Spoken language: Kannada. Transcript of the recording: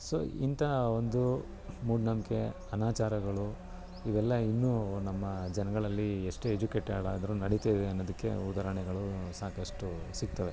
ಸೊ ಇಂಥ ಒಂದು ಮೂಢನಂಬ್ಕೆ ಅನಾಚಾರಗಳು ಇವೆಲ್ಲ ಇನ್ನೂ ನಮ್ಮ ಜನಗಳಲ್ಲಿ ಎಷ್ಟೇ ಎಜುಕೇಟೆಡ್ ಆದ್ರೂ ನಡಿತಾಯಿದೆ ಅನ್ನೋದಕ್ಕೆ ಉದಾಹರ್ಣೆಗಳು ಸಾಕಷ್ಟು ಸಿಗ್ತವೆ